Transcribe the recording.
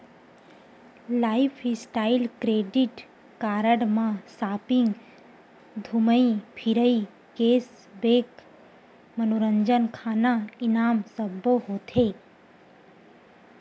lifestyle credit card म shopping, धूमई फिरई, केस बेंक, मनोरंजन, खाना, इनाम सब्बो होथे